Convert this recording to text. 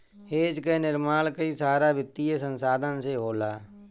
hedge कअ निर्माण कई सारा वित्तीय संसाधन से होला